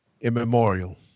immemorial